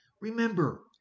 Remember